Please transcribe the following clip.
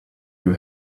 you